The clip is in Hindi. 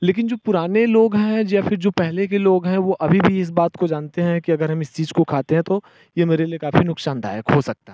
लेकिन जो पुराने लोग हैं या फिर जो पहले के लोग हैं वो अभी भी इस बात को जानते हैं कि अगर हम इस चीज को खाते हैं तो ये मेरे लिए काफ़ी नुकसानदायक हो सकता है